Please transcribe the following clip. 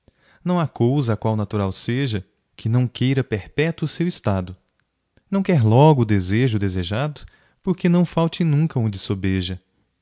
cousa a qual natural seja que não queira perpétuo seu estado não quer logo o desejo o desejado porque não falte nunca onde sobeja